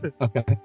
okay